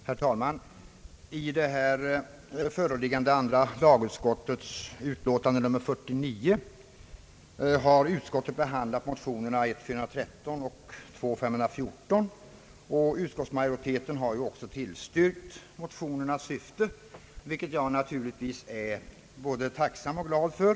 Herr talman! I här föreliggande andra lagutskottets utlåtande nr 49 har utskottet behandlat motionerna I: 413 och II: 514. Utskottsmajoriteten har tillstyrkt motionernas syfte, vilket jag är både tacksam och glad för.